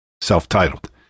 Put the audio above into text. Self-titled